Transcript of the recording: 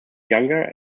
younger